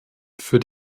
für